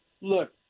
Look